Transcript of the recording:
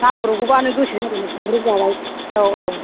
नांब्रबगौबानो गोसो जाबानो थांब्रब जाबाय औ औ